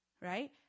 right